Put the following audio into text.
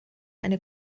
eine